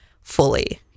fully